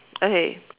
okay